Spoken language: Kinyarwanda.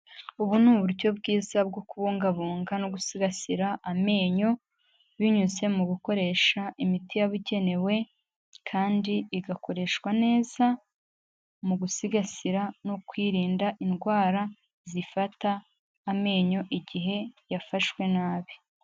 Ubu ni uburyo bwiza bwo kubungabunga no gusigasira amenyo, binyuze mu gukoresha imiti yababugenewe kandi igakoreshwa neza mu gusigasira no kwirinda indwara zifata amenyo igihe yafashwe nabi.